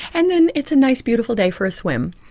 and then it's a nice beautiful day for a swim,